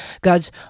God's